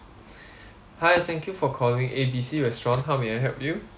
hi thank you for calling A B C restaurant how may I help you